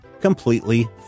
completely